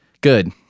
good